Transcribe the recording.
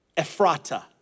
Ephrata